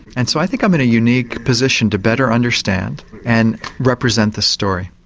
and so i think i'm in a unique position to better understand and represent the story.